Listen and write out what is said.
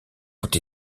ont